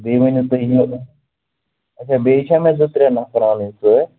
بیٚیہِ ؤنِو تُہۍ یہِ اَچھا بیٚیہِ چھا مےٚ زٕ ترٛےٚ نَفر اَنٕنۍ سۭتۍ